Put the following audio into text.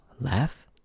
Laugh